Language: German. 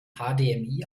hdmi